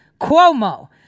Cuomo